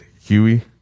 Huey